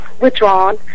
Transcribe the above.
withdrawn